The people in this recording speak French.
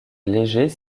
léger